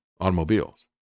automobiles